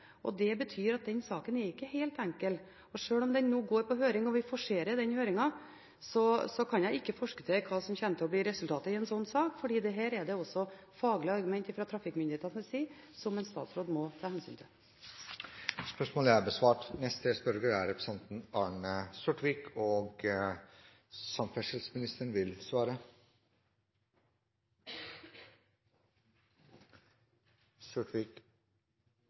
Det betyr at denne saken ikke er helt enkel. Sjøl om den nå er på høring og vi forserer den høringen, kan jeg ikke forskuttere hva som kommer til å bli resultatet i en slik sak, for det er også faglige argumenter fra trafikkmyndighetenes side som en statsråd må ta hensyn til.